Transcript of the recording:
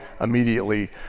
immediately